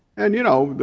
and you know,